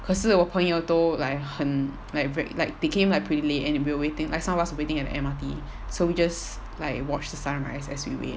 可是我朋友都 like 很 like ve~ like they came like pretty late and we were waiting like some of us were waiting at the M_R_T so we just like watch the sunrise as we wait